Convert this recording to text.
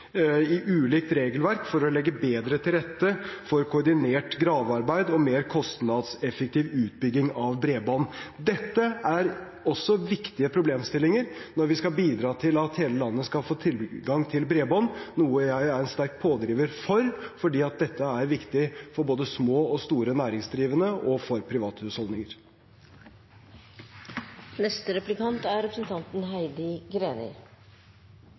i ulikt regelverk for å legge bedre til rette for koordinert gravearbeid og mer kostnadseffektiv utbygging av bredbånd. Dette er også viktige problemstillinger når vi skal bidra til at hele landet skal få tilgang til bredbånd, noe jeg er en sterk pådriver for, for dette er viktig både for små og store næringsdrivende og for